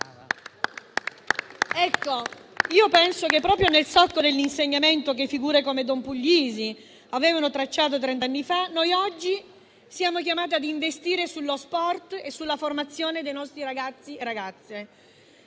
Ecco, io penso che proprio nel solco dell'insegnamento che figure come don Puglisi avevano tracciato trenta anni fa, noi oggi siamo chiamati ad investire sullo sport e sulla formazione dei nostri ragazzi e delle